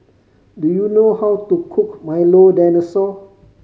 do you know how to cook Milo Dinosaur